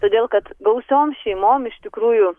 todėl kad gausiom šeimom iš tikrųjų